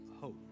hope